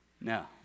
No